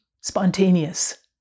spontaneous